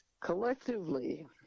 Collectively